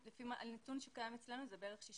הנתון שקיים אצלנו זה בין 65